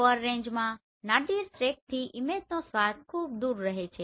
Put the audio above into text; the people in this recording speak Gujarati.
ફર રેંજમાં નાદિર ટ્રેકથી ઈમેજનો સ્વાથ ખૂબ દૂર રહે છે